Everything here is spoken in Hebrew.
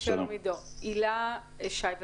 הילה שי וזאן,